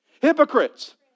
Hypocrites